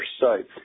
site